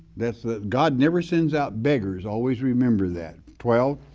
that's god never sends out beggars. always remember that. twelve,